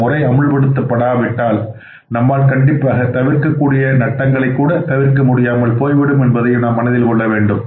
இந்த முறை அமுல்படுத்தபடாவிட்டால் நம்மால் கண்டிப்பாக தவிர்க்க கூடிய நட்டங்களை கூட தவிர்க்க முடியாமல் போய் விடும் என்பதையும் நாம் மனதில் கொள்ள வேண்டும்